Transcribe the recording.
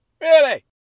Really